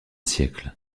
siècle